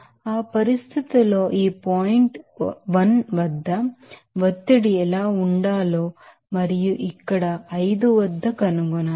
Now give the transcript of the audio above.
ఆ పరిస్థితిలో ఈ పాయింట్ 1 వద్ద ఒత్తిడి ఎలా ఉండాలో మీరు ఇక్కడ 5 వద్ద కనుగొనాలి